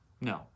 No